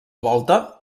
volta